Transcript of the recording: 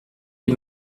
des